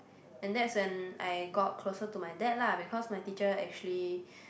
and that's when I got closer to my dad lah because my teacher actually